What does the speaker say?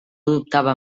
dubtava